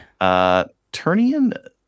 Turnian